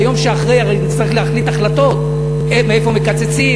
ביום שאחרי הרי נצטרך להחליט החלטות איפה מקצצים,